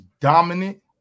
dominant